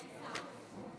בבקשה.